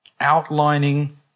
outlining